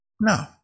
no